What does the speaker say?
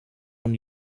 nun